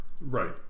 Right